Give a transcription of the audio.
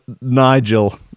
Nigel